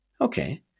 okay